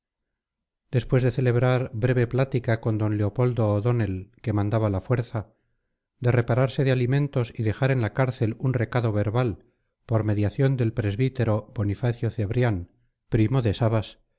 después de celebrar breve plática con d leopoldo o'donnell que mandaba la fuerza de repararse de alimentos y dejar en la cárcel un recado verbal por mediación del presbítero bonifacio cebrián primo de sabas